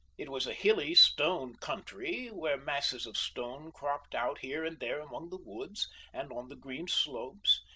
it was a hilly stone country where masses of stone cropped out here and there among the woods and on the green slopes,